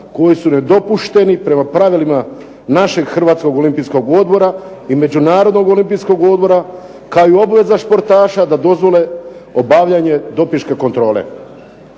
koji su nedopušteni prema pravilima našeg Hrvatskog olimpijskog odbora i Međunarodnog olimpijskog odbora kao i obveza sportaša da dozvole dopinške kontrole.